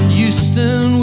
Houston